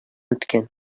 үткән